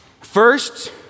First